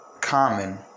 common